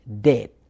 dead